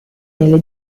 nelle